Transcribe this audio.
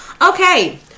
Okay